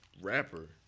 rapper